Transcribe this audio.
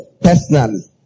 personally